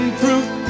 proof